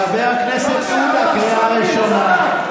חבר הכנסת עודה, קריאה ראשונה.